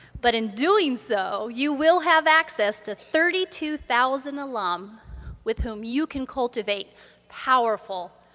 but in doing so, you will have access to thirty two thousand alum with whom you can cultivate powerful,